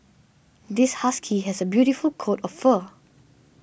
this husky has a beautiful coat of fur